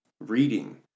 reading